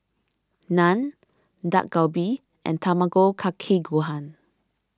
Naan Dak Galbi and Tamago Kake Gohan